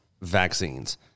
vaccines